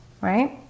right